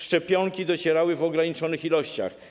Szczepionki docierały w ograniczonych ilościach.